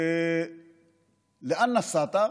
לאן נסעת?